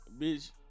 bitch